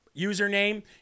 username